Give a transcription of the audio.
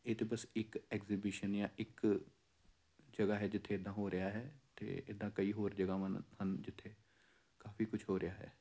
ਇਹ ਤਾਂ ਬਸ ਇੱਕ ਐਜੀਬਿਸ਼ਨ ਜਾਂ ਇੱਕ ਜਗ੍ਹਾ ਹੈ ਜਿੱਥੇ ਇੱਦਾਂ ਹੋ ਰਿਹਾ ਹੈ ਅਤੇ ਇੱਦਾਂ ਕਈ ਹੋਰ ਜਗ੍ਹਾਵਾਂ ਨ ਹਨ ਜਿੱਥੇ ਕਾਫ਼ੀ ਕੁਛ ਹੋ ਰਿਹਾ ਹੈ